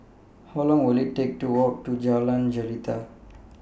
How Long Will IT Take to Walk to Jalan Jelita